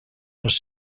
les